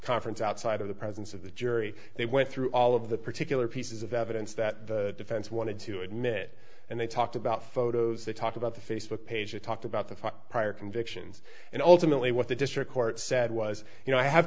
conference outside of the presence of the jury they went through all of the particular pieces of evidence that the defense wanted to admit and they talked about photos they talked about the facebook page they talked about the five prior convictions and ultimately what the district court said was you know i have